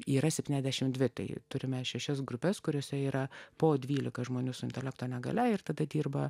yra septyniasdešimt dvi tai turime šešias grupes kuriose yra po dvylika žmonių su intelekto negalia ir tada dirba